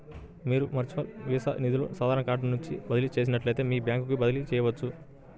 మీరు మీ virtual Visa నిధులను సాధారణ కార్డ్ నుండి బదిలీ చేసినట్లే మీ బ్యాంకుకు బదిలీ చేయవచ్చు